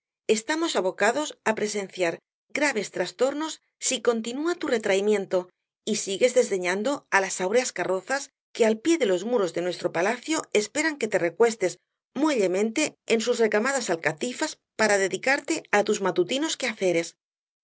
estamos abocados á presenciar graves trastornos si continúa tu retraimiento y sigues desdeñando á las áureas carrozas que al pié de los muros de nuestro palacio esperan que te recuestes muellemente en sus recamadas alcatifas para dedicarte á tus matutinos quehaceres